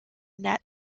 net